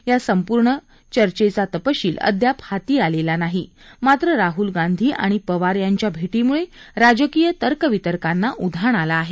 या चर्चेचा संपूर्ण तपशील अद्याप हाती आलेला नाही मात्र राहल गांधी आणि पवार यांच्या भेटीमुळे राजकीय तर्कवितर्कांना उधाण आलं आहे